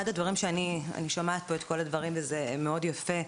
אני שומעת פה את כל הדברים וזה מאוד יפה,